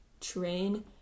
train